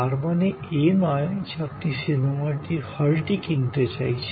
তার মানে এ নয় যে আপনি সিনেমা হলটি কিনতে চাইছেন